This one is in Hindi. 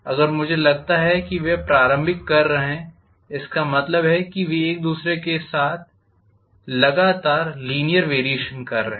अगर मुझे लगता है वे प्रारंभिक कर रहे हैं इसका मतलब है कि वे लगातार एक दूसरे के साथ लीनीयर वॅरीयेशन कर रहे हैं